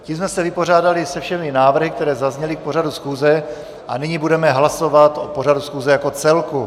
Tím jsme se vypořádali se všemi návrhy, které zazněly k pořadu schůze, a nyní budeme hlasovat o pořadu schůze jako celku.